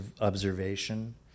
observation